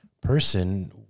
person